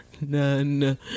None